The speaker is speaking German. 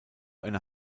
einer